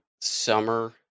summer